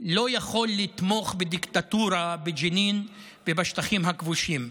לא יכול לתמוך בדיקטטורה בג'נין ובשטחים הכבושים.